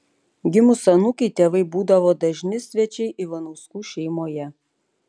gimus anūkei tėvai būdavo dažni svečiai ivanauskų šeimoje